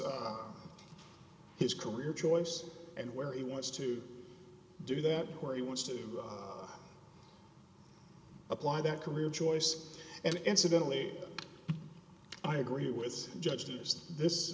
his career choice and where he wants to do that where he wants to apply that career choice and incidentally i agree with judge just this